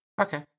Okay